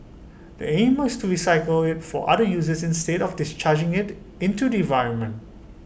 the aim is to recycle IT for other uses instead of discharging IT into the environment